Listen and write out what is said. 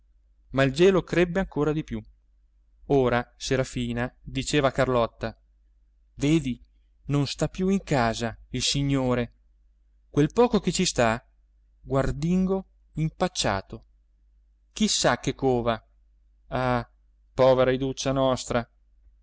ma il gelo crebbe ancor più ora serafina diceva a carlotta vedi non sta più in casa il signore quel poco che ci sta guardingo impacciato chi sa che cova ah povera iduccia nostra